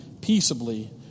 peaceably